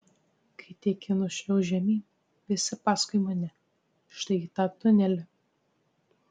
kai tik ji nušliauš žemyn visi paskui mane štai į tą tunelį